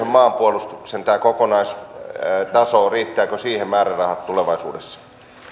maanpuolustuksen kokonaistaso riittävätkö siihen määrärahat tulevaisuudessa